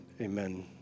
amen